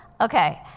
Okay